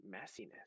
messiness